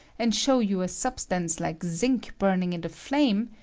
and show you a sub stance like zinc burning in the flame,